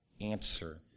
answer